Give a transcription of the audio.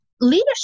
leadership